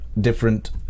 different